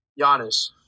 Giannis